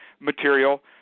material